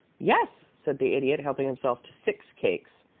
yes, said the idiot, helping himself to six cakes.